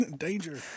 Danger